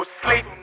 sleep